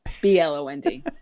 B-L-O-N-D